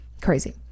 crazy